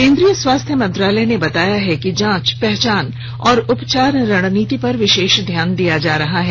केन्द्रीय स्वास्थ्य मंत्रालय ने बताया है कि जांच पहचान और उपचार रणनीति पर विशेष ध्यान दिया जा रहा है